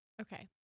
Okay